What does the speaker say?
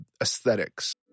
aesthetics